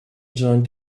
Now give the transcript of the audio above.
joined